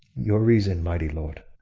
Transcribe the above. your reason, mighty lord.